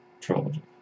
trilogy